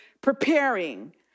preparing